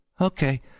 okay